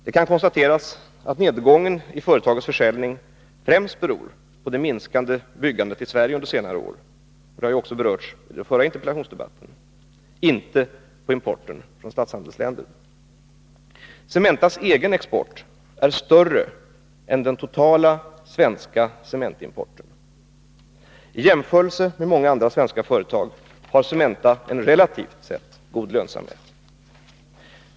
Det kan konstateras att nedgången i företagets försäljning främst beror på det minskande byggandet i Sverige under senare år — det berördes också i den förra interpellationsdebatten —, inte på importen från statshandelsländer. Cementas egen export är större än den totala svenska cementimporten. I jämförelse med många andra svenska företag har Cementa en relativt god lönsamhet.